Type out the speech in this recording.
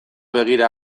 begira